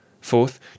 Fourth